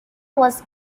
was